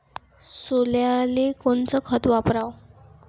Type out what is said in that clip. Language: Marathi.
सोल्याले कोनचं खत वापराव?